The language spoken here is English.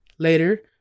Later